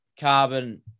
carbon